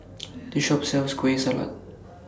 This Shop sells Kueh Salat